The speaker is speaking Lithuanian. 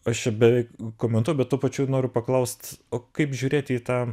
aš čia beveik komentuoju bet tuo pačiu noriu paklaust o kaip žiūrėti į tą